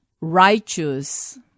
righteous